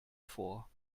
vor